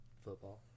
football